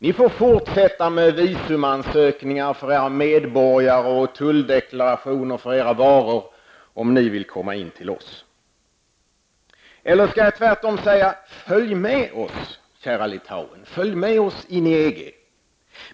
Ni får fortsätta med visumansökningar för era medborgare och tulldeklarationer för era varor om ni vill komma in till oss? Eller skall jag tvärtom säga: Följ med oss, kära Litauen, in i EG.